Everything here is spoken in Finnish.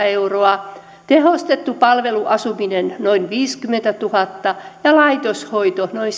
euroa tehostettu palveluasuminen noin viisikymmentätuhatta ja laitoshoito noin